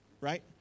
right